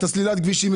את סלילת הכבישים,